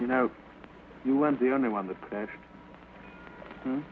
you know you weren't the only one that